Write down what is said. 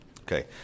Okay